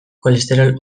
kolesterol